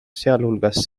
sealhulgas